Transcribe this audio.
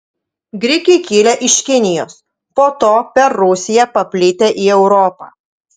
grikiai kilę iš kinijos po to per rusiją paplitę į europą